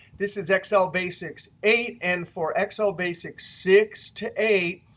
this is excel basics eight. and for excel basics six to eight,